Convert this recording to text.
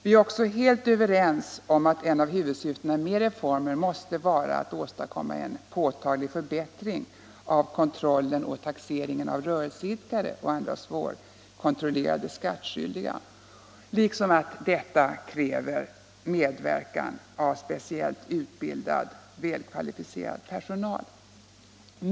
Vi är också helt överens med utskottet om att ett av huvudsyftena med reformen måste vara att åstadkomma en påtaglig förbättring av kontrollen och taxeringen av rörelseidkare och andra svårkontrollerade skattskyldiga liksom om att detta kräver medverkan av speciellt utbildad välkvalificerad personal.